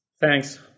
Thanks